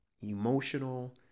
emotional